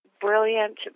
brilliant